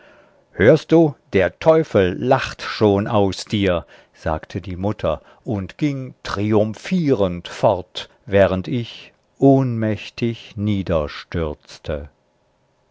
hörst du der teufel lacht schon aus dir sagte die mutter und ging triumphierend fort während ich ohnmächtig